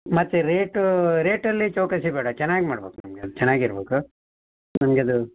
ಮತ್ತು ರೇಟೂ ರೇಟಲ್ಲಿ ಚೌಕಾಸಿ ಬೇಡ ಚೆನ್ನಾಗಿ ಮಾಡ್ಬೇಕು ನಮಗೆ ಅದು ಚೆನ್ನಾಗಿ ಇರಬೇಕು ನಮಗೆ ಅದು